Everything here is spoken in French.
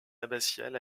abbatiale